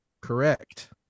correct